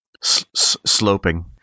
Sloping